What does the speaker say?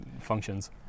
functions